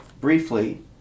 briefly